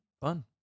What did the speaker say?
Fun